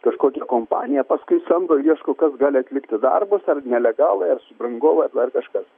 kažkokia kompanija paskui samdo ir ieško kas gali atlikti darbus ar nelegalai ir subrangovai ar dar kažkas